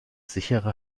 sichere